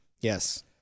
Yes